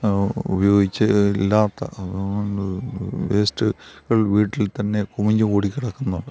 ഉപയോഗിച്ച് ഇല്ലാത്ത വേസ്റ്റ്കൾ വീട്ടിൽത്തന്നെ കുമിഞ്ഞ്കൂടി കിടക്കുന്നുണ്ട്